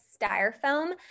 styrofoam